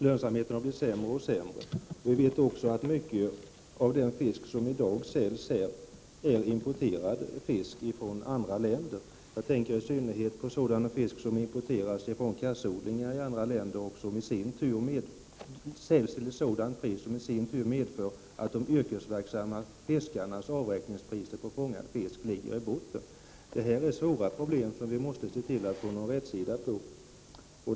Lönsamheten har blivit sämre och sämre, och mycket av den fisk som i dag säljs är importerad från andra länder. Jag tänker i synnerhet på sådan fisk som importeras från kassodlingar i andra länder och som säljs till ett sådant pris att det medför att de yrkesverksamma fiskarnas avräkningspriser på fångad fisk ligger i botten. Detta är svåra problem, som vi måste se till att få någon rätsida på.